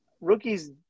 rookies